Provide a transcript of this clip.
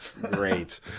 Great